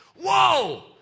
Whoa